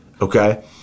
Okay